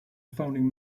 founding